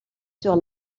sur